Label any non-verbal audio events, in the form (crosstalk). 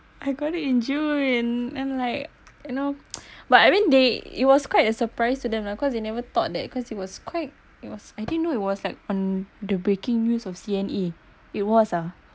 I got it in june then like you know (noise) but I mean they it was quite a surprise to them lah cause they never thought that cause it was quite it was I didn't know it was like on the breaking news of C_N_E it was ah